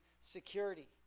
security